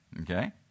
Okay